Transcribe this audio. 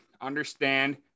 understand